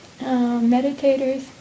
meditators